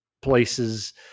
places